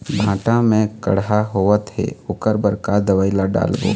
भांटा मे कड़हा होअत हे ओकर बर का दवई ला डालबो?